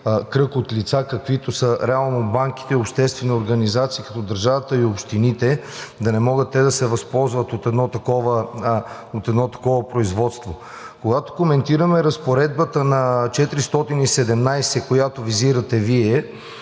кръг от лица, каквито са банките и обществени организации, като държавата и общините да не могат да се възползват от едно такова производство. Когато коментираме Разпоредбата на чл. 417, която визирате Вие,